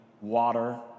water